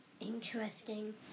Interesting